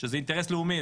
שזה אינטרס לאומי,